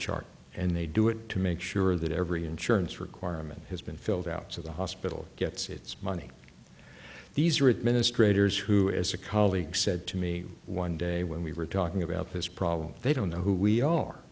chart and they do it to make sure that every insurance requirement has been filled out so the hospital gets its money these are administrators who as a colleague said to me one day when we were talking about this problem they don't know who we are